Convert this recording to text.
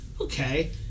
okay